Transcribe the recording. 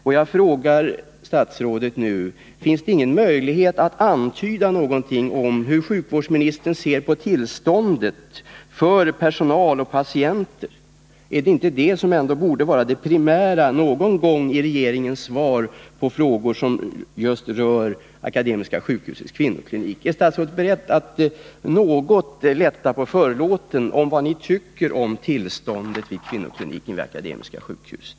Jag vill fråga statsrådet: Har sjukvårdsministern ingen möjlighet att antyda någonting om hur hon ser på situationen för personal och patienter? Är det inte dettasom Nr 24 ändå borde vara det primära någon gång i regeringens svar på frågor som rör Fredagen den just Akademiska sjukhusets kvinnoklinik? Är statsrådet beredd att något 14 november 1980 lätta på förlåten och säga vad ni tycker om det tillstånd som råder vid kvinnokliniken på Akademiska sjukhuset?